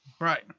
Right